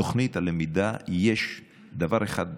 בתוכנית הלמידה יש דבר אחד בולט: